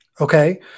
Okay